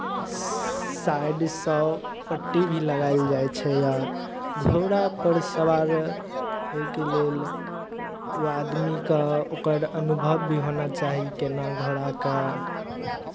साइडसँ पट्टी भी लगायल जाइ छै या घोड़ापर सवार होयके लेल ओ आदमीकेँ ओकर अनुभव भी होना चाही केना घोड़ाकेँ